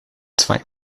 zwei